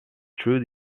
through